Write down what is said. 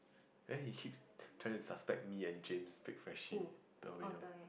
then he keeps trying to suspect me and James fake Freshies the way orh